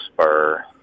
spur